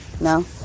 No